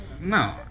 No